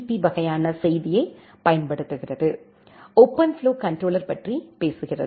B வகையான செய்தியைப் பயன்படுத்துகிறது ஓபன்ஃப்ளோ கண்ட்ரோலர் பற்றி பேசுகிறது